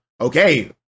okay